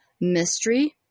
mystery